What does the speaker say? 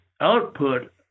output